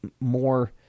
more